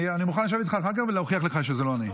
אני מוכן לשבת איתך אחר כך ולהוכיח לך שזה לא אני.